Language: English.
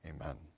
amen